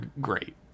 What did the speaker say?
great